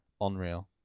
Unreal